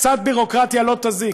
קצת ביורוקרטיה לא תזיק,